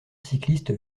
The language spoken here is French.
cycliste